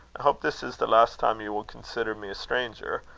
hope this is the last time you will consider me a stranger,